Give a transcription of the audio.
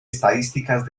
estadísticas